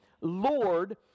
Lord